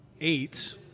eight